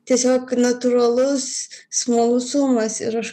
tiesiog natūralus smalsumas ir aš